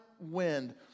wind